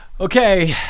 Okay